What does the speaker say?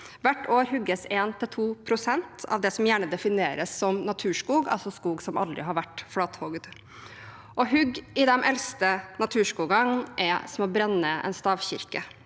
Hvert år hogges 1–2 pst. av det som gjerne defineres som naturskog, altså skog som aldri har vært flatehogd. Å hogge i de eldste naturskogene er som å brenne en stavkirke.